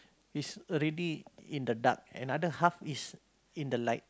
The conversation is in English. is already in the dark and other half is in the light